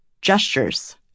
gestures